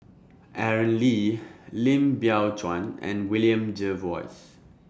Aaron Lee Lim Biow Chuan and William Jervois